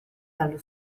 dallo